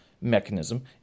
mechanism